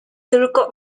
tylko